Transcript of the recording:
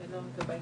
זה עניין טכני.